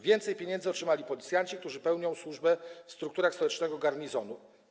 Więcej pieniędzy otrzymali policjanci, którzy pełnią służbę w strukturach stołecznego garnizonu.